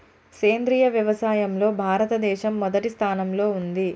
సేంద్రియ వ్యవసాయంలో భారతదేశం మొదటి స్థానంలో ఉంది